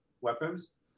weapons